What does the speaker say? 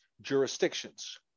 jurisdictions